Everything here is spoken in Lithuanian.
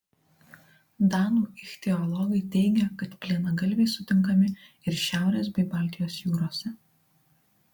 danų ichtiologai teigia kad plienagalviai sutinkami ir šiaurės bei baltijos jūrose